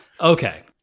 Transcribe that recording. Okay